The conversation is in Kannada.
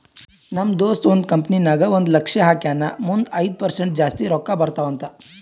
ನಮ್ ದೋಸ್ತ ಒಂದ್ ಕಂಪನಿ ನಾಗ್ ಒಂದ್ ಲಕ್ಷ ಹಾಕ್ಯಾನ್ ಮುಂದ್ ಐಯ್ದ ಪರ್ಸೆಂಟ್ ಜಾಸ್ತಿ ರೊಕ್ಕಾ ಬರ್ತಾವ ಅಂತ್